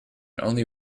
only